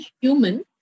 human